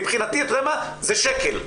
מבחינתי זה שקל.